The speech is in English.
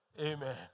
Amen